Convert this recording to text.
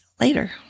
later